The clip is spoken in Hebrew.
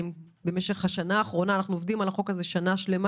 אנחנו עובדים על החוק הזה שנה שלמה